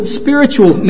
spiritual